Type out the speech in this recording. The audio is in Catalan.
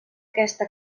aquesta